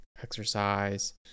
exercise